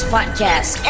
Podcast